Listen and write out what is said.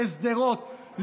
בשדרות,